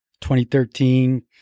2013